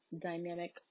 dynamic